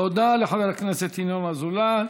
תודה לחבר הכנסת ינון אזולאי.